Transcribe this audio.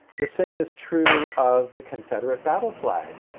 the same is true of the confederate battle flag.